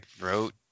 wrote